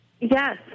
Yes